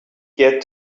get